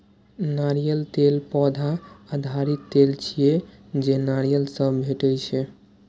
नारियल तेल पौधा आधारित तेल छियै, जे नारियल सं भेटै छै